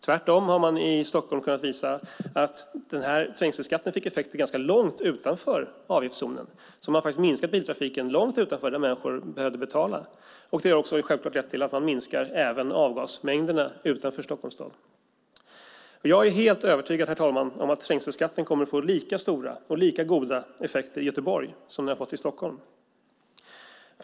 Tvärtom har man i Stockholm kunnat visa att trängselskatten fick effekter ganska långt utanför avgiftsområdet. Biltrafiken har faktiskt minskat långt utanför det område där människor behöver betala. Det har också självklart lett till att man även minskar avgasmängderna utanför Stockholms stad. Jag är helt övertygad om, herr talman, att trängselskatten kommer att få lika stora och lika goda effekter i Göteborg som den har fått i Stockholm.